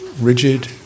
rigid